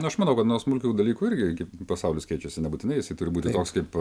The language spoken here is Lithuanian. aš manau kad nuo smulkių dalykų irgi gi pasaulis keičiasi nebūtinai jisai turi būti toks kaip